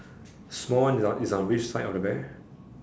small one is on is on which side of the bear